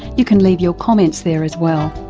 you can leave your comments there as well.